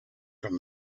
from